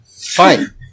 Fine